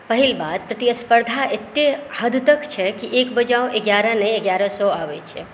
पहिल बात प्रतिस्पर्धा एत्ते हद तक छै जे एक बजाउ एगारह नहि एगारह सए आबै छै